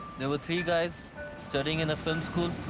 there were three guys studying in a film school.